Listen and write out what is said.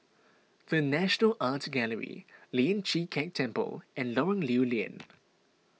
the National Art Gallery Lian Chee Kek Temple and Lorong Lew Lian